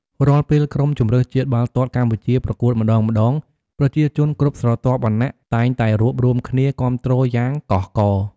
រាល់ពេលក្រុមជម្រើសជាតិបាល់ទាត់កម្ពុជាប្រកួតម្តងៗ ប្រជាជនគ្រប់ស្រទាប់វណ្ណៈតែងតែរួបរួមគ្នាគាំទ្រយ៉ាងកោះករ។